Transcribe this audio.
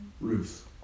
Ruth